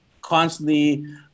constantly